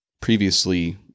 previously